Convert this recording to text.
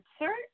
insert